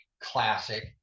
Classic